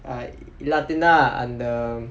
இல்லாடினா அந்த:illaatinaa antha